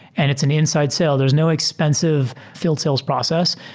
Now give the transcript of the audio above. and it's an inside sale. there's no expensive field sales process.